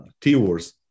T-Wars